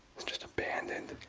just abandoned